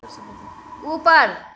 ऊपर